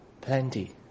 plenty